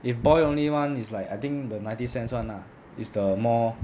if boil only one is like I think the ninety cents [one] lah is the more